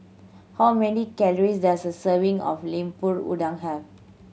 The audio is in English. how many calories does a serving of Lemper Udang have